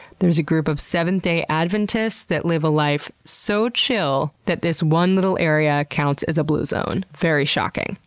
there's a group of seventh day adventists that live a life so chill that this one little area counts as a blue zone. very shocking.